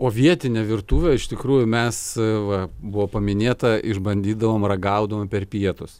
o vietinę virtuvę iš tikrųjų mes va buvo paminėta išbandydavom ragaudavom per pietus